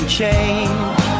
change